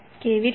કેવી રીતે